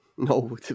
No